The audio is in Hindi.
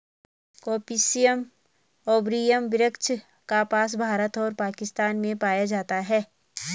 गॉसिपियम आर्बोरियम वृक्ष कपास, भारत और पाकिस्तान में पाया जाता है